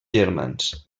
germans